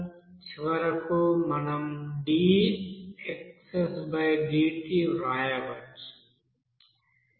చివరకు మనం dxsdt వ్రాయవచ్చు